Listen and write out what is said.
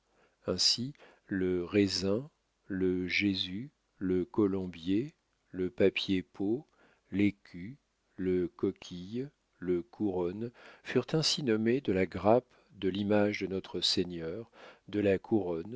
ainsi le raisin le jésus le colombier le papier pot l'écu le coquille le couronne furent ainsi nommés de la grappe de l'image de notre-seigneur de la couronne